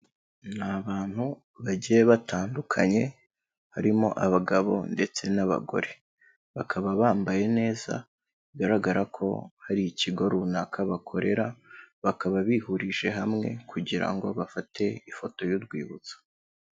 Ni abantu bagiye batandukanye harimo abagabo ndetse n'abagore, bakaba bambaye neza bigaragara ko hari ikigo runaka bakorera, bakaba bihurije hamwe kugira ngo bafate ifoto y'urwibutso.